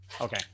Okay